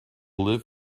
live